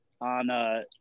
on